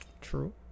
True